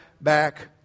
back